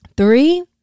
Three